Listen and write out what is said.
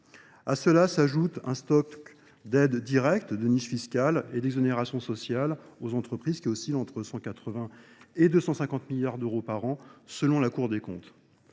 A cela s'ajoute un stock d'aide directe de niche fiscale et d'exonération sociale aux entreprises qui oscillent entre 180 et 250 milliards d'euros par an selon la cour des comptes.